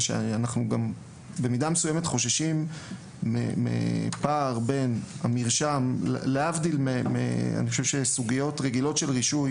אנחנו חוששים מפער בין המרשם להבדיל מסוגיות רגילות של רישוי